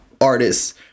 artists